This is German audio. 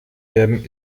werden